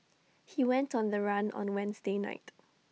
he went on the run on Wednesday night